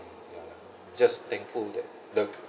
ya just thankful that the